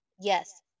yes